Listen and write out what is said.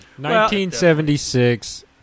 1976